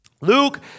Luke